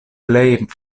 plej